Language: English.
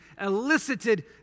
elicited